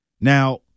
Now